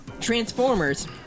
Transformers